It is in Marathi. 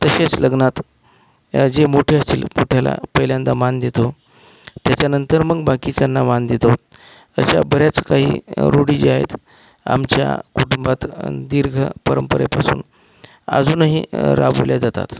तसेच लग्नात हे जे मोठे असतील मोठ्याला पहिल्यांदा मान देतो त्याच्यानंतर मग बाकीच्यांना मान देतो अशा बऱ्याच काही रुढी ज्या आहेत आमच्या कुटुंबात दीर्घ परंपरेपासून अजूनही राबवल्या जातात